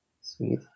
sweet